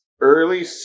Early